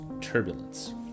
turbulence